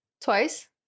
twice